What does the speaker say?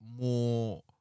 more